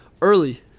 early